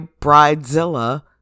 Bridezilla